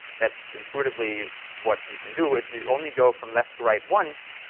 that's intuitively what you can do. if you only go from left to right once,